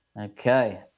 Okay